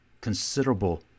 considerable